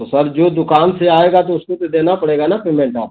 तो सर जो दुकान से आएगा तो उसको तो देना पड़ेगा ना पेमेंट आपको